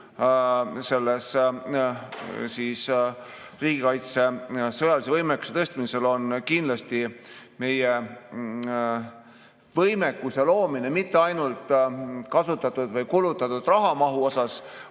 päris tuum riigikaitse sõjalise võimekuse tõstmisel on kindlasti meie võimekuse loomine mitte ainult kasutatud või kulutatud raha mahu poolest,